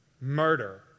Murder